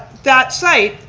that site,